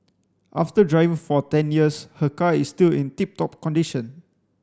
after driving for ten years her car is still in tip top condition